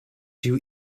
you